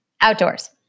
Outdoors